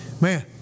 Man